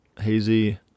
Hazy